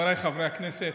חבריי חברי הכנסת,